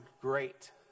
great